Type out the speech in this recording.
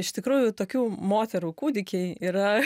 iš tikrųjų tokių moterų kūdikiai yra